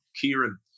Kieran